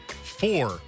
four